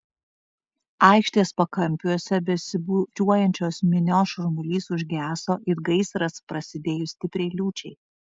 aikštės pakampiuose besibūriuojančios minios šurmulys užgeso it gaisras prasidėjus stipriai liūčiai